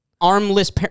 armless